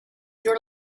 your